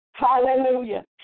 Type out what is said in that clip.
Hallelujah